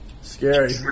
Scary